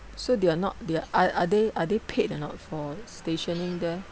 so they're not they're are are they are they paid or not for stationing there